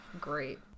great